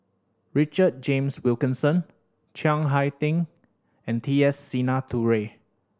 Richard James Wilkinson Chiang Hai Ding and T S Sinnathuray